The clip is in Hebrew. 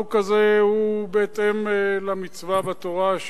החוק הזה הוא בהתאם למצווה בתורה,